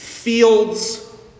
Fields